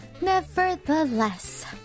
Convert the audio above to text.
Nevertheless